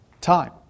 time